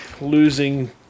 losing